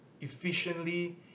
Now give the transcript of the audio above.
efficiently